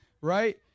right